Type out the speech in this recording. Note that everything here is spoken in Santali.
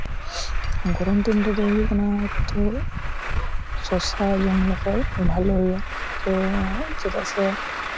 ᱜᱚᱨᱚᱢ ᱫᱤᱱ ᱨᱮᱫᱚ ᱦᱩᱭᱩᱜ ᱠᱟᱱᱟ ᱮᱛᱚ ᱥᱚᱥᱟ ᱡᱚᱢ ᱞᱮᱠᱷᱟᱱ ᱵᱷᱟᱞᱮ ᱦᱩᱭᱩᱜᱼᱟ ᱛᱚ ᱪᱮᱫᱟᱜ ᱥᱮ